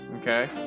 Okay